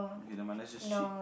okay never mind let's just shit